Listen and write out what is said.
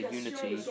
unity